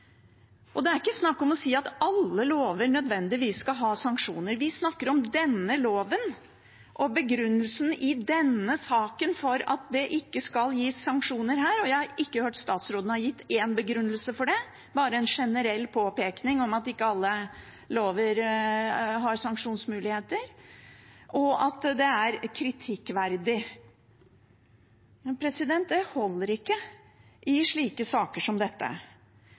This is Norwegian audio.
Det er ikke snakk om å si at alle lover nødvendigvis skal ha sanksjoner. Vi snakker om denne loven og begrunnelsen i denne saken for at det ikke skal gis sanksjoner her, og jeg har ikke hørt statsråden gi én begrunnelse for det, bare en generell påpekning om at ikke alle lover har sanksjonsmuligheter, og at det er kritikkverdig. Men det holder ikke i slike saker som dette.